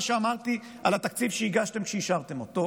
שאמרתי על התקציב שהגשתם כשאישרתם אותו,